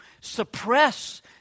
suppress